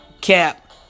cap